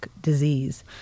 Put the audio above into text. disease